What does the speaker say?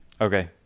Okay